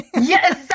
Yes